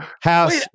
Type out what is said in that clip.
House